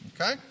okay